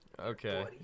okay